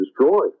destroyed